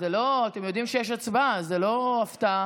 אתם יודעים שיש הצבעה, זו לא הפתעה.